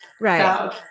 right